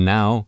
now